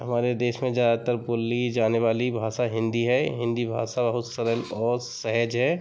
हमारे देश में ज़्यादातर बोली जाने वाली भाषा हिन्दी है हिन्दी भाषा बहुत सरल और सहज है